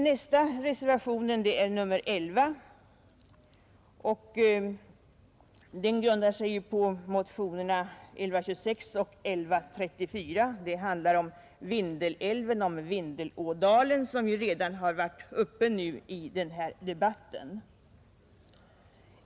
Nästa reservation har nr 11, och den grundar sig på motionerna 1126 och 1134. De handlar om situationen i Vindelådalen, som redan varit uppe i denna debatt.